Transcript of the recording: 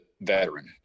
veteran